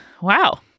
Wow